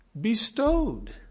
bestowed